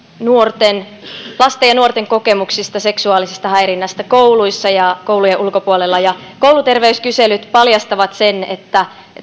lasten ja nuorten kokemuksista seksuaalisesta häirinnästä kouluissa ja koulujen ulkopuolella ja kouluterveyskyselyt paljastavat sen että